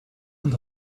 und